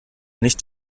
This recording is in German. nicht